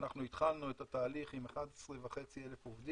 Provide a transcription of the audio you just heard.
אנחנו התחלנו את התהליך עם 11,500 עובדים,